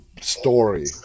story